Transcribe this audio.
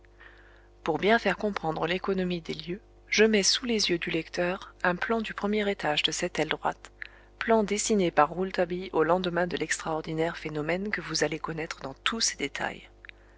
pour bien faire comprendre l'économie des lieux je mets sous les yeux du lecteurs un plan du premier étage de cette aile droite plan dessiné par rouletabille au lendemain de l'extraordinaire phénomène que vous allez connaître dans tous ses détails